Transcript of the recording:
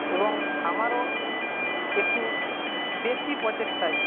এবং আমারও একটু বেশী প্রচেষ্টায়